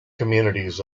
communities